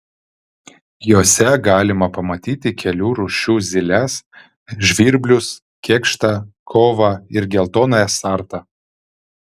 jose galima pamatyti kelių rūšių zyles žvirblius kėkštą kovą ir geltonąją sartą